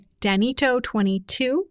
Danito22